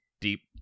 deep